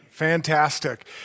fantastic